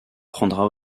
prendra